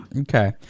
Okay